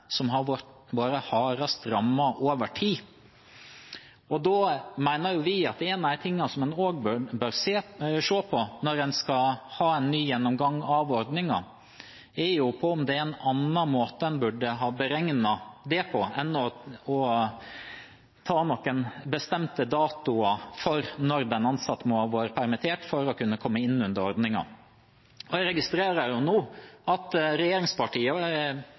som har vært hardest rammet over tid, mener vi at en av de tingene som en også bør se på når en skal ha en ny gjennomgang av ordningen, er om det er en annen måte en burde ha beregnet det på, enn å ta noen bestemte datoer for når den ansatte må ha vært permittert for å kunne komme inn under ordningen. Jeg registrerer nå – og jeg er glad for det – at